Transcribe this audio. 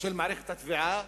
של מערכת התביעה